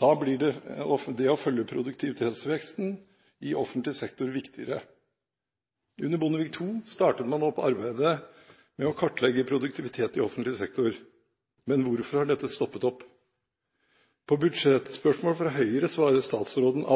Da blir det å følge produktivitetsveksten i offentlig sektor viktigere. Under Bondevik II startet man opp arbeidet med å kartlegge produktivitet i offentlig sektor. Hvorfor har dette stoppet opp? På budsjettspørsmål fra Høyre svarer statsråden: